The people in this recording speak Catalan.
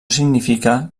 significa